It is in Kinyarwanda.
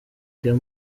ibyo